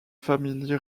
famille